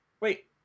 Wait